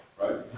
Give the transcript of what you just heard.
right